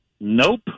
Nope